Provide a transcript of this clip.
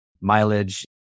mileage